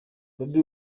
bobi